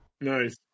Nice